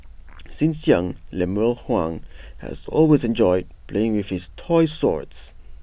since young Lemuel Huang has always enjoyed playing with toy swords